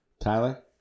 Tyler